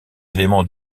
éléments